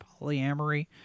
polyamory